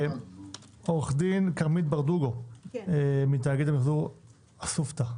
עורכת דין כרמית ברדוגו מתאגיד המיחזור "אסופתא",